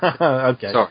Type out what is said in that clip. Okay